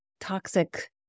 toxic